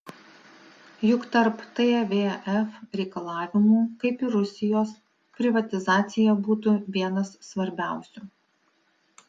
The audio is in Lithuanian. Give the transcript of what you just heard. juk tarp tvf reikalavimų kaip ir rusijos privatizacija būtų vienas svarbiausių